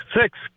six